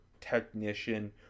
technician